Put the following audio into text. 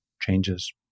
changes